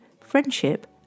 friendship